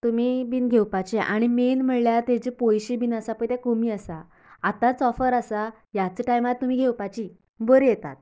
तुमी बिन घेवपाचे आनी मेन म्हणल्यार तेजे पयशें बिन आसा पळय ते कमी आसा आताच ओफर आसा ह्याच टायमार तुमी घेवपाची बरी येतात